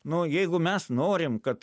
nu jeigu mes norim kad